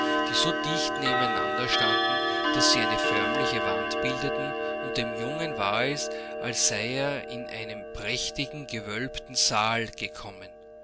die so dicht nebeneinander standen daß sie eine förmliche wand bildeten und dem jungen war es als sei er in einen prächtigen gewölbten saal gekommen